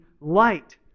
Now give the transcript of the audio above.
light